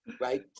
right